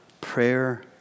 Prayer